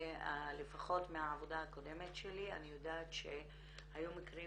לפחות מהעבודה הקודמת שלי אני יודעת שהיו מקרים